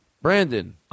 Brandon